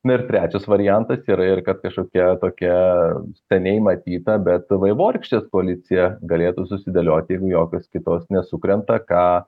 na ir trečias variantas yra ir kad kažkokia tokia seniai matyta bet vaivorykštės koalicija galėtų susidėlioti jeijgu jokios kitos nesupranta ką